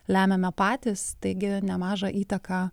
lemiame patys taigi nemažą įtaką